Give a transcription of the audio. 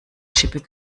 schippe